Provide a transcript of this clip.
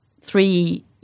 three